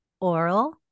Oral